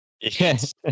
Yes